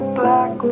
black